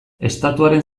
estatuaren